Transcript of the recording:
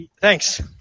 Thanks